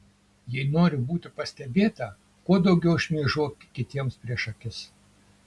jei nori būti pastebėta kuo daugiau šmėžuok kitiems prieš akis